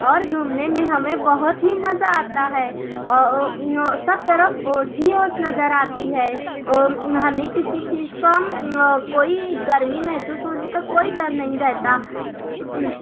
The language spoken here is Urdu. اور گھومنے میں ہمیں بہت ہی مزہ آتا ہے اور سب طرف اوس ہی اوس نظر آتی ہے اور ہمیں کسی چیز کا کوئی گرمی محسوس ہونے کا کوئی ڈر نہیں رہتا